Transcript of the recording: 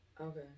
Okay